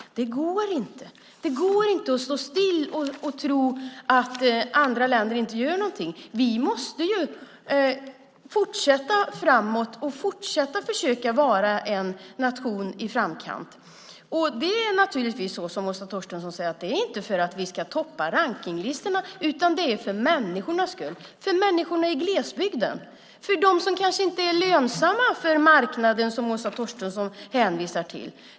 Det går inte! Det går inte att stå stilla och tro att andra länder inte gör någonting. Vi måste fortsätta framåt och fortsätta försöka vara en nation i framkant. Det är naturligtvis så som Åsa Torstensson säger: Det är inte för att vi ska toppa rankningslistorna, utan det är för människornas skull - för människorna i glesbygden, för dem som kanske inte är lönsamma för marknaden, som Åsa Torstensson hänvisar till.